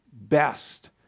best